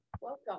Welcome